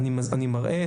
אני חושב שזו קצת בעיה.